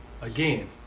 Again